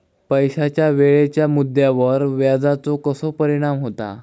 पैशाच्या वेळेच्या मुद्द्यावर व्याजाचो कसो परिणाम होता